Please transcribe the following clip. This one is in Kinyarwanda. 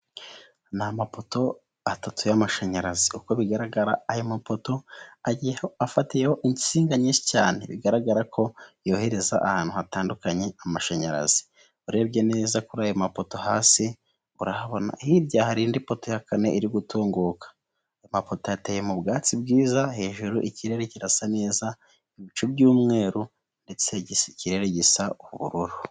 N'amafoto atatu y'amashanyarazi, uko bigaragara ayo mapoto agiye afatiyeho insinga nyinshi cyane bigaragara ko, yohereza ahantu i hatandukanye amashanyarazi. Urebye neza kuri ayo mapoto hasi, hirya hari indi poto ya kane iri gutunguka. Amapoto ateye mu byatsi bwiza, hejuru ikirere kirasa neza, ibicu by'umweru ndetse ikirere gisa ubururu.